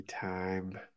time